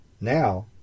Now